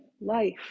life